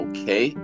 Okay